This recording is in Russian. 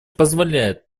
позволяет